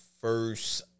first